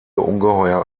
ungeheuer